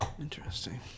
Interesting